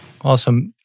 Awesome